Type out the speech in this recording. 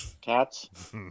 Cats